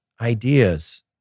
ideas